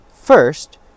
First